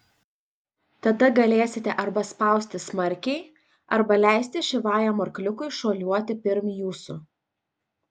tada galėsite arba spausti smarkiai arba leisti šyvajam arkliukui šuoliuoti pirm jūsų